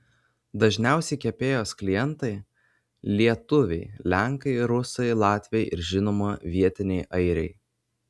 dažniausi kepėjos klientai lietuviai lenkai rusai latviai ir žinoma vietiniai airiai